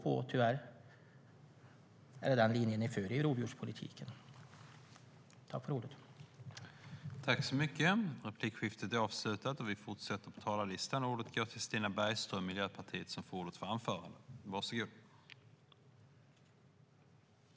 Det är den linjen ni för i rovdjurspolitiken.